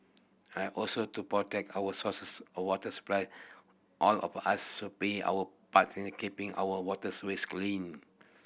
I also to protect our sources or water supply all of us should play our part in keeping our waters ways clean